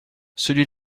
celui